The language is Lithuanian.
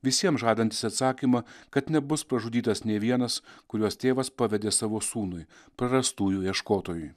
visiems žadantis atsakymą kad nebus pražudytas nei vienas kuriuos tėvas pavedė savo sūnui prarastųjų ieškotojui